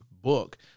book